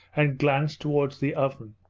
and glanced towards the oven.